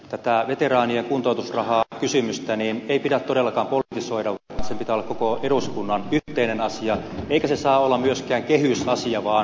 tätä veteraanien kuntoutusrahakysymystä ei pidä todellakaan politisoida vaan sen pitää olla koko eduskunnan yhteinen asia eikä se saa olla myöskään kehysasia vaan kunniavelka asia